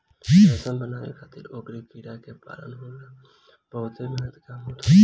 रेशम बनावे खातिर ओकरी कीड़ा के पालन होला इ बहुते मेहनत के काम होत हवे